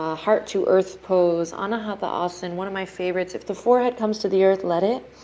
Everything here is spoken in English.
ah heart to earth pose, anahata assen. one of my favorites. if the forehead comes to the earth, let it.